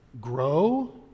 Grow